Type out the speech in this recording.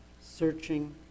searching